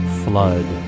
flood